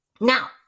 Now